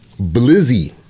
blizzy